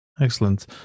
Excellent